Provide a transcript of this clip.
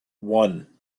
one